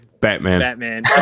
batman